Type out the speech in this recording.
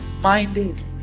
minded